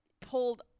pulled –